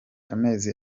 amezi